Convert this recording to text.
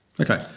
Okay